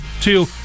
Two